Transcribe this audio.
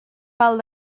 pel